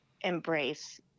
embrace